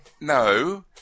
No